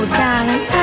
darling